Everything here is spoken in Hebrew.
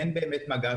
אין מגע,